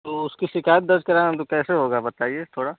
तो उसकी शिकायत दर्ज कराना तो कैसे होगा बताइए थोड़ा